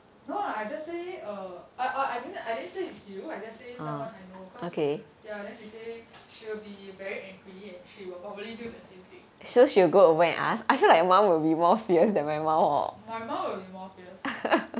no lah I just say err I I didn't I didn't say is you I just say someone I know cause ya then she say she will be very angry and she will probably do the same thing my mum will be more fierce